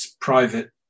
private